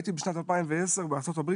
הייתי ב-2010 בארה"ב,